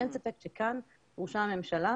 אין ספק שכאן דרושה הממשלה,